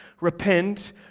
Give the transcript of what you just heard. repent